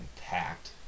packed